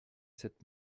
sept